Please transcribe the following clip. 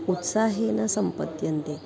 उत्साहेन सम्पद्यन्ते